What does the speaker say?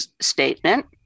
statement